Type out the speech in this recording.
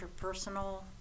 interpersonal